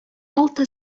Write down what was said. алты